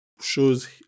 shows